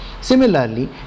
Similarly